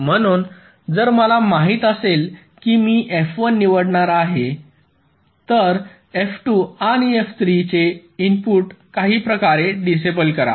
म्हणून जर मला माहित असेल की मी F1 निवडणार आहे तर F2 आणि F3 चे इनपुट काही प्रकारे डिसेबल करा